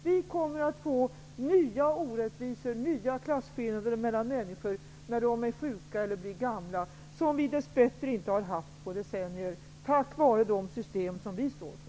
Vi kommer att få nya orättvisor, nya klasskillnader mellan människor när de är sjuka eller blir gamla som vi dess bättre inte har haft på decennier tack vare de system som vi står för.